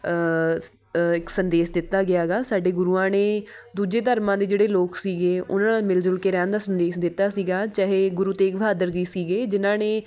ਇੱਕ ਸੰਦੇਸ਼ ਦਿੱਤਾ ਗਿਆ ਆ ਗਾ ਸਾਡੇ ਗੁਰੂਆਂ ਨੇ ਦੂਜੇ ਧਰਮਾਂ ਦੇ ਜਿਹੜੇ ਲੋਕ ਸੀਗੇ ਉਹਨਾਂ ਨਾਲ ਮਿਲ ਜੁਲ ਕੇ ਰਹਿਣ ਦਾ ਸੰਦੇਸ਼ ਦਿੱਤਾ ਸੀਗਾ ਚਾਹੇ ਗੁਰੂ ਤੇਗ ਬਹਾਦਰ ਜੀ ਸੀਗੇ ਜਿਨ੍ਹਾਂ ਨੇ